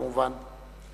כמובן.